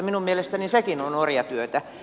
minun mielestäni sekin on orjatyötä